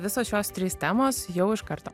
visos šios trys temos jau iš karto